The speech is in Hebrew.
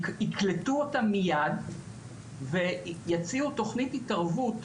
שיקלטו אותם מייד ויציעו תוכנית התערבות,